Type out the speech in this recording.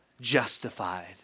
justified